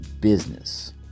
business